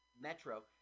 metro